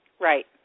Right